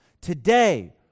Today